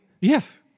Yes